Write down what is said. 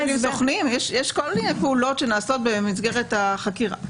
יש כל מיני פעולות שנעשות במסגרת החקירה.